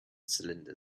cylinder